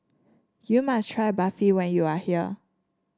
you must try Barfi when you are here